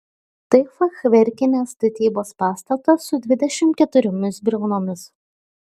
tai fachverkinės statybos pastatas su dvidešimt keturiomis briaunomis